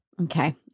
Okay